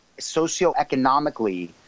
socioeconomically